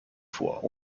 vor